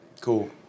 cool